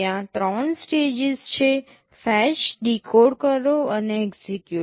ત્યાં ત્રણ સ્ટેજીસ છે ફેચ ડીકોડ કરો અને એક્સેક્યૂટ